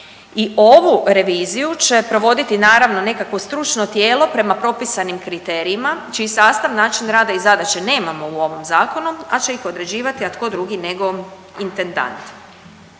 I ovu reviziju će provoditi naravno nekakvo stručno tijelo prema propisanim kriterijima čiji sastav, način rada i zadaće nemamo u ovom zakonu, ali će ih određivati a tko drugi nego intendant.